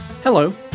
Hello